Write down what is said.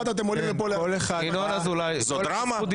זאת דרמה.